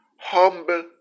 humble